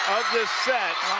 this set.